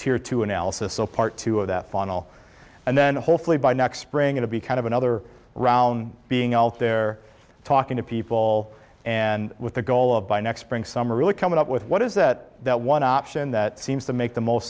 here to analysis so part two of that final and then hopefully by next spring to be kind of another round being all they're talking to people and with the goal of by next spring summer really coming up with what is that that one option that seems to make the most